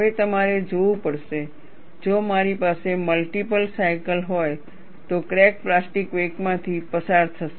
હવે તમારે જોવું પડશે જો મારી પાસે મલ્ટિપલ સાયકલ હોય તો ક્રેક પ્લાસ્ટિક વેકમાંથી પસાર થશે